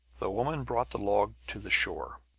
the woman brought the log to the shore,